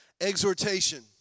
exhortation